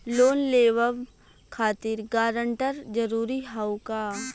Loan लेवब खातिर guarantor जरूरी हाउ का?